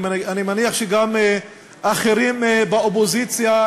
אני מניח שגם אחרים באופוזיציה,